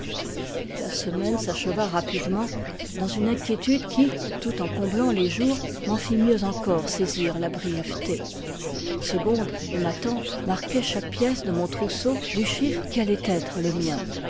la semaine s'acheva rapidement dans une inquiétude qui tout en comblant les jours m'en fit mieux encore saisir la brièveté segonde et ma tante marquaient chaque pièce de mon trousseau du chiffre qui allait être le mien